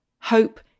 hope